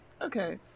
Okay